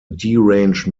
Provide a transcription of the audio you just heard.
deranged